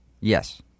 Yes